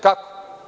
Kako?